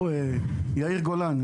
יאיר גולן,